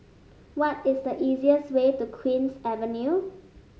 what is the easiest way to Queen's Avenue